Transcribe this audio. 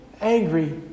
angry